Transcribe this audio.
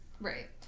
Right